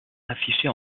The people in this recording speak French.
affichée